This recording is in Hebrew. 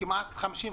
כמעט 50%,